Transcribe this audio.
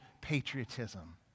patriotism